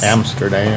Amsterdam